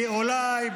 כי אולי,